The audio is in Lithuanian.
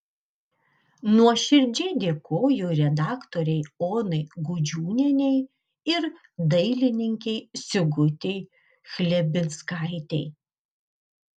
nuoširdžiai dėkoju redaktorei onai gudžiūnienei ir dailininkei sigutei chlebinskaitei